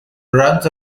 runs